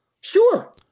Sure